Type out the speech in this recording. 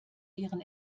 ihren